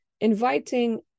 Inviting